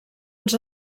ens